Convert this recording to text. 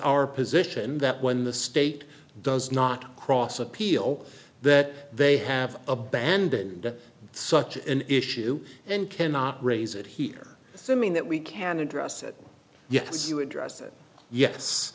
our position that when the state does not cross appeal that they have abandoned such an issue and cannot raise it here so i mean that we can address it yes you address it yes